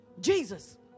Jesus